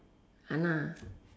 !hanna!